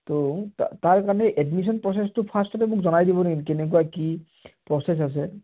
তো তাৰ কাৰণে এডমিশ্যন প্ৰচেছটো ফাৰ্ষ্টতে মোক জনাই দিব নেকি কেনেকুৱা কি প্ৰচেছ আছে